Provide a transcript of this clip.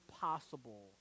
possible